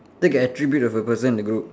pick an attribute of a person in the group